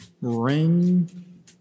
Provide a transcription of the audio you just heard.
ring